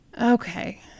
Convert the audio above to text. Okay